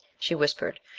she whispered,